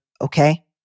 okay